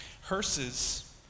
hearses